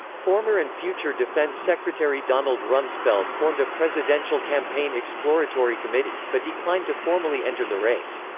former and future defense secretary donald rumsfeld formed a presidential campaign exploratory committee, but declined to formally enter the race.